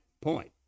point